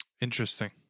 Interesting